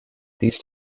these